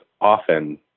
often